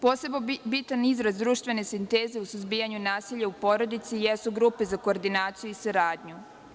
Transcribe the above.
Posebno bitan izraz društvene sinteze u suzbijanju nasilja u porodici jesu grupe za koordinaciju i saradnju.